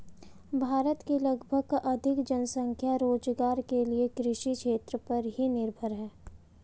भारत की लगभग आधी जनसंख्या रोज़गार के लिये कृषि क्षेत्र पर ही निर्भर है